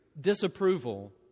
disapproval